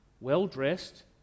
well-dressed